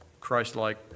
Christ-like